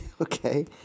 okay